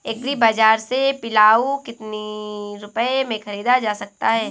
Agree बाजार से पिलाऊ कितनी रुपये में ख़रीदा जा सकता है?